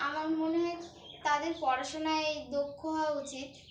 আমার মনে হয় তাদের পড়াশোনায় দক্ষ হওয়া উচিত